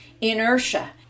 inertia